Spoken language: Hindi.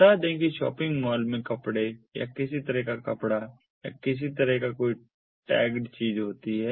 बता दें कि शॉपिंग मॉल में कपड़े या किसी तरह का कपड़ा या किसी तरह की कोई टैगेड चीज होती है